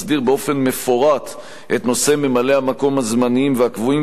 מפורט את נושא ממלאי-המקום הזמניים והקבועים בוועדות,